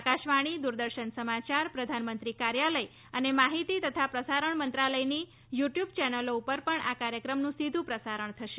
આકાશવાણી દૂરદર્શન સમાચાર પ્રધાનમંત્રી કાર્યાલય અને માહિતી તથા પ્રસારણ મંત્રાલયની યૂ ટ્યૂબ ચેનલો ઉપર પણ આ કાર્યક્રમનું સીધું પ્રસારણ થશે